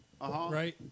right